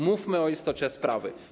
Mówmy o istocie sprawy.